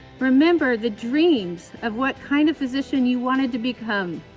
remember the dreams of what kind of physician you wanted to become.